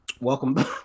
welcome